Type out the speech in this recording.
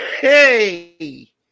hey